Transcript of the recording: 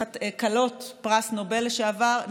כלות פרס נובל לשעבר,